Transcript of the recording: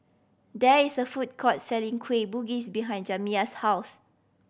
there is a food court selling Kueh Bugis behind Jamya's house